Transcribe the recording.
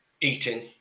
eating